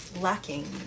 Lacking